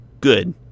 good